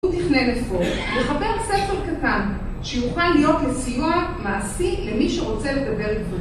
הוא תכנן אפוא לחבר ספר קטן שיוכל להיות לסיוע מעשי למי שרוצה לדבר איתו